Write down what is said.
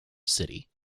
city